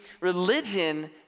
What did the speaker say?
religion